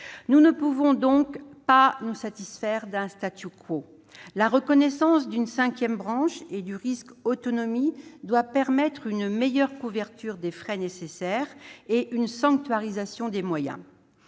Nous ne pouvons donc pas nous satisfaire d'un : la reconnaissance d'une cinquième branche et du risque « autonomie » doit permettre une meilleure couverture des frais nécessaires et une sanctuarisation des moyens.